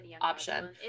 option